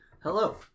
Hello